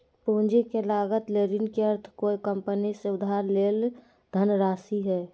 पूंजी के लागत ले ऋण के अर्थ कोय कंपनी से उधार लेल धनराशि हइ